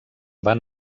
van